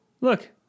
look